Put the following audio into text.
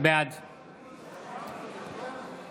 בעד